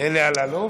אלי אלאלוף?